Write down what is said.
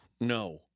No